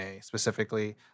specifically